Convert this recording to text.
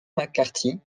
mccarthy